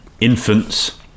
infants